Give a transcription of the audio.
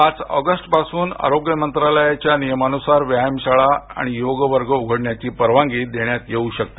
पाच ऑगस्ट पासून आरोग्य मंत्रालयांच्या नियमान्रसार व्यायामशाळा योग वर्ग उघडण्याची परवानगी देण्यात येऊ शकते